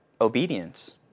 obedience